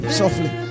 softly